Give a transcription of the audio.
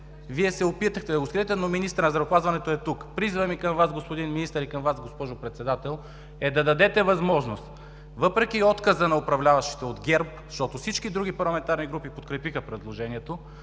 Вие се опитахте да го скриете, но министърът на здравеопазването е тук. Призивът ми към Вас, господин Министър, и към Вас, госпожо Председател, е да дадете възможност, въпреки отказа на управляващите от ГЕРБ – защото всички други парламентарни групи подкрепиха предложението,